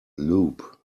lube